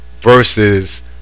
Versus